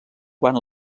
quan